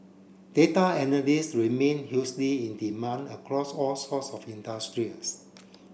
data analyst remain hugely in demand across all sorts of industrials